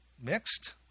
mixed